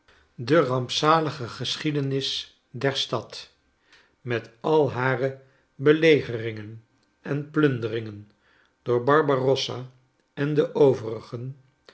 de rampzalige geschiedenis der stad met al hare belegeringen en plunderingen door barbarossa en de